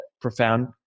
profound